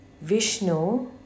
Vishnu